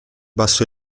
basso